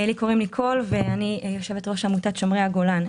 לי קוראים ניקול ואני יושבת-ראש עמותת שומרי הגולן.